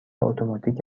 اتوماتیک